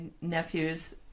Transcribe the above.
nephews